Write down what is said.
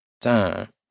time